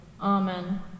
Amen